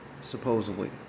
Supposedly